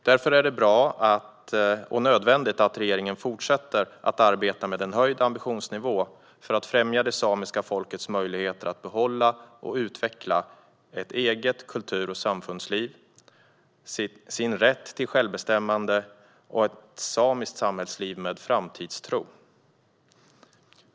Därför är det bra och nödvändigt att regeringen fortsätter att arbeta med en höjd ambitionsnivå för att främja det samiska folkets möjligheter att behålla och utveckla ett eget kultur och samfundsliv, sin rätt till självbestämmande och ett samiskt samhällsliv med framtidstro.